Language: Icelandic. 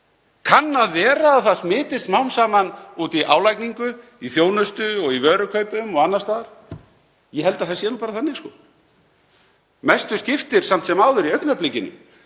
Kann að vera að það smitist smám saman út í álagningu í þjónustu og í vörukaupum og annars staðar? Ég held að það sé nú bara þannig. Mestu skiptir samt sem áður í augnablikinu